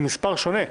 עם מספר שונה.